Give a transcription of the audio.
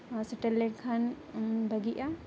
ᱥᱮᱴᱮᱨ ᱞᱮᱱᱠᱷᱟᱱ ᱵᱷᱟᱜᱤᱜᱼᱟ